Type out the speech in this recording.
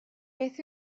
beth